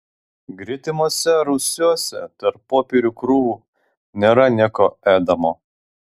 gretimuose rūsiuose tarp popierių krūvų nėra nieko ėdamo